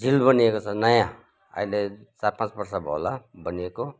झिल बनिएको छ नयाँ अहिले चार पाँच बर्ष भयो होला बनिएको